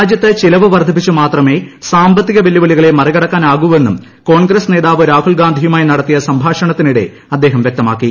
രാജ്യത്ത് ചിലവ് വർദ്ധിപ്പിച്ച് മാത്രമേ സാമ്പത്തിക വെല്ലുവിളികളെ മറികടക്കാനാകുവെന്നും കോൺഗ്രസ് നേതാവ് രാഹുൽ ഗാന്ധിയുമായി നടത്തിയ സംഭാഷണത്തിനിടെ അദ്ദേഹം വ്യക്തമാക്കി